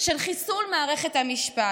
של חיסול מערכת המשפט.